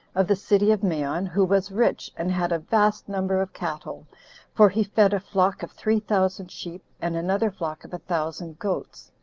of the city of maon, who was rich, and had a vast number of cattle for he fed a flock of three thousand sheep, and another flock of a thousand goats.